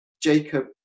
Jacob